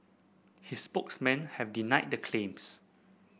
his spokesmen have denied the claims